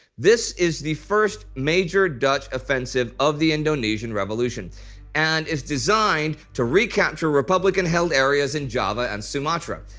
this is the first major dutch offensive of the indonesian revolution and is designed to recapture republican-held areas in java and sumatra.